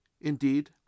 indeed